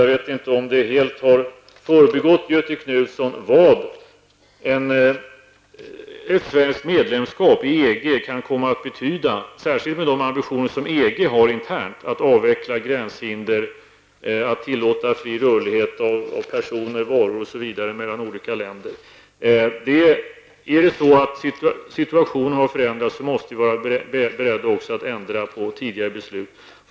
Jag vet inte om det helt har förbigått Göthe Knutson vad ett svenskt medlemskap i EG kan komma att betyda, särskilt med de ambitioner som EG har att internt avveckla gränshinder och tillåta fri rörlighet av personer, varor osv. mellan olika länder. Om situationen förändrats måste vi vara beredda att också ändra på tidigare beslut.